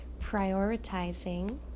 prioritizing